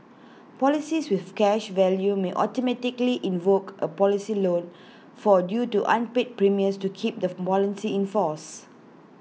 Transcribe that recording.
policies with cash value may automatically invoke A policy loan for A due to unpaid premiums to keep the policy in force